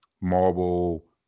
marble